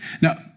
Now